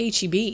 HEB